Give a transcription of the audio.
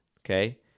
okay